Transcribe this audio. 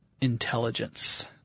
intelligence